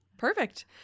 Perfect